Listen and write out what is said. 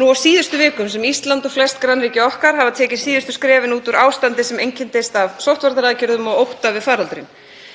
nú á síðustu vikum sem Ísland, og flest grannríki okkar, hafa tekið síðustu skrefin út úr ástandi sem einkenndist af sóttvarnaaðgerðum og ótta við faraldurinn.